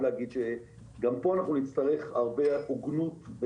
להגיד שגם פה אנחנו נצטרך הרבה הוגנות,